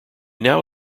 now